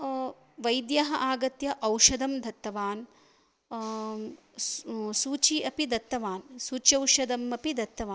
वैद्यः आगत्य औषधं दत्तवान् सूची अपि दत्तवान् सूच्यौषधमपि दत्तवान्